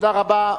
תודה רבה.